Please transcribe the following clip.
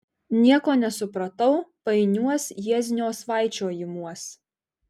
nieko nesupratau painiuos jieznio svaičiojimuos